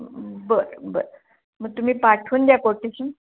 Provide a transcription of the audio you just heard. बरं बरं मग तुमी पाठवून द्या कोटेशन